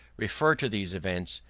refer to these events,